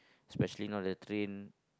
specially now the train